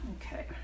Okay